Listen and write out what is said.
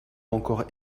encore